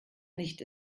nicht